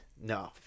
no